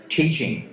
teaching